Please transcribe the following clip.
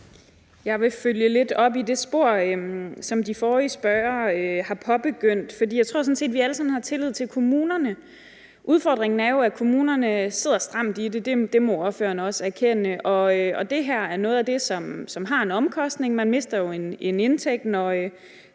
Jeg vil følge lidt op i det spor, som de forrige spørgere har påbegyndt, for jeg tror sådan set, vi alle sammen har tillid til kommunerne. Udfordringen er jo, at kommunerne sidder stramt i det. Det må ordføreren også erkende. Og det her er noget af det, som har en omkostning. Man mister jo en indtægt, når